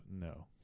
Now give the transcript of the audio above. No